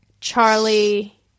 Charlie